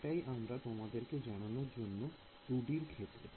সেটাই আমার তোমাদেরকে জানানোর ছিল 2D র ক্ষেত্রে